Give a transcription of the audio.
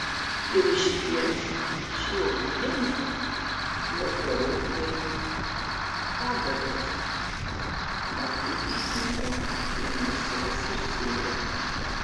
ir išties ši uogienė labiau kaip pagardas mat puikiai tinka prie mėsos ir sūrio